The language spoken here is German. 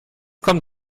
kommt